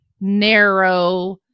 narrow